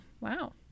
wow